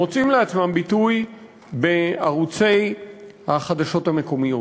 מוצאים לעצמם ביטוי בערוצי החדשות המקומיות.